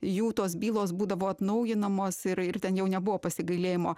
jų tos bylos būdavo atnaujinamos ir ir ten jau nebuvo pasigailėjimo